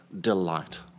delight